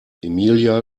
emilia